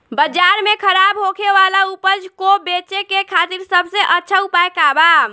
बाजार में खराब होखे वाला उपज को बेचे के खातिर सबसे अच्छा उपाय का बा?